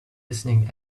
listening